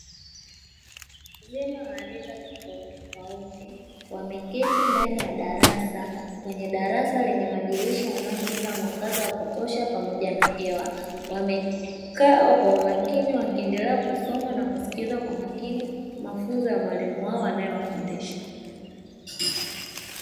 Vijana warika tofautitofauti wameketi ndani ya darasa, kwenye darasa lenye madirisha linalopitisha mwanga wa kutosha pamoja na hewa. Wamekaa kwa umakini na kusoma kwa umakini mafunzo ya mwalimu wao anayewafundisha.